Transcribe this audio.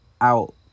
out